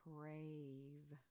Crave